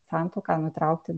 santuoką nutraukti